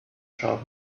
sharp